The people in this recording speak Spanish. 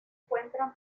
encuentran